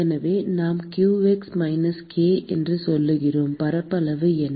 எனவே நாம் qx minus k என்று சொல்கிறோம் பரப்பளவு என்ன